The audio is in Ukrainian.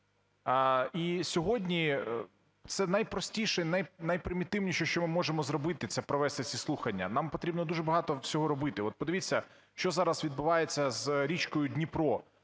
І сьогодні це найпростіше, найпримітивніше, що ми можемо зробити – це провести ці слухання. Нам потрібно дуже багато всього робити. От подивіться, що зараз відбувається з річкою Дніпро